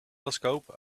telescope